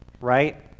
right